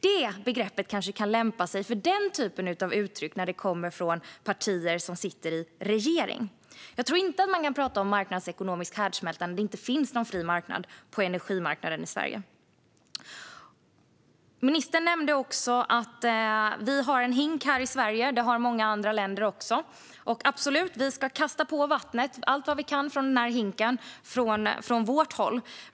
Det begreppet kanske lämpar sig för den typen av uttryck när de kommer från partier som sitter i regeringen. Jag tror inte att man kan tala om marknadsekonomisk härdsmälta när det inte finns någon fri marknad på energiområdet i Sverige. Ministern nämnde också att vi i Sverige har en hink och att många andra länder också har det. Absolut, vi ska kasta på vattnet från den hinken allt vi kan från vårt håll.